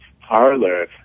parlor